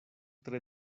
tre